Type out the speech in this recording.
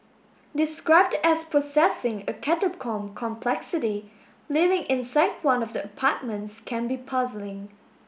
described as possessing a catacomb complexity living inside one of the apartments can be puzzling